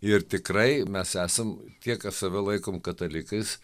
ir tikrai mes esam tie kas save laikom katalikais